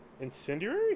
Incendiary